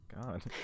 god